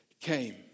came